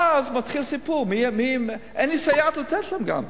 ואז מתחיל סיפור, מי, אין לי סייעת לתת גם להם.